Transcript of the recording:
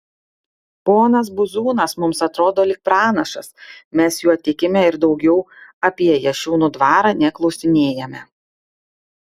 ponas buzūnas mums atrodo lyg pranašas mes juo tikime ir daugiau apie jašiūnų dvarą neklausinėjame